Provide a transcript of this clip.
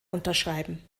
unterschreiben